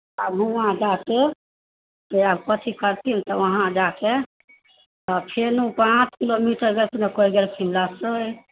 आ उहाँ जा कऽ से आब कथि करथिन तऽ वहाँ जा कऽ सभ खेलहुँ पाँच किलोमीटर रस्तेमे कोइ गेलखिन लसकि